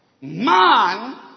Man